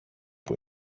που